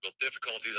difficulties